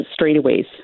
straightaways